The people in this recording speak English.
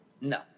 no